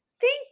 thank